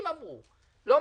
שאמרו כאן חבריי,